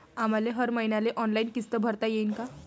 आम्हाले हर मईन्याले ऑनलाईन किस्त भरता येईन का?